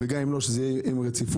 וגם אם לא, אז שזה יהיה עם רציפות.